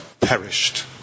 perished